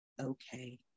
okay